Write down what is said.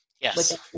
Yes